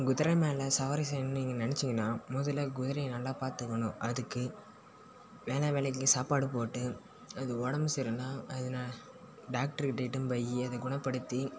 குதிரை மேலே சவாரி செய்யணும்னு நீங்கள் நினச்சிங்கனா முதல்ல குதிரய நல்லா பார்த்துக்கணும் அதுக்கு வேளா வேளைக்கு சாப்பாடு போட்டு அதுக்கு உடம்பு சரில்லனா எதனா டாக்டர்கிட்ட இட்டுன்னு போய் அதை குணப்படுத்தி